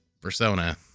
persona